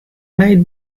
night